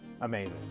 amazing